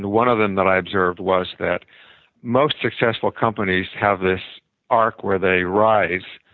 one of them that i observed was that most successful companies have this arc where they rise,